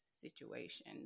situation